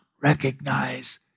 recognize